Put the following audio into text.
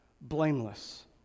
blameless